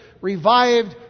revived